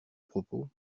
propos